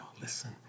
listen